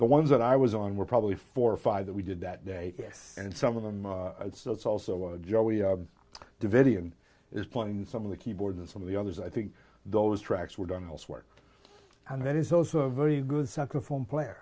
the ones that i was on were probably four or five that we did that day and some of them still it's also a joy division is playing some of the keyboard and some of the others i think those tracks were done elsewhere and that is also very good saxophone player